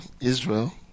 Israel